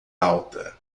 alta